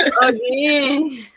Again